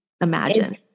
imagine